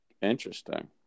Interesting